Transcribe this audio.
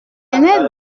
n’est